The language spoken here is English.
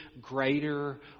greater